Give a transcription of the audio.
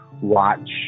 watch